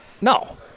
no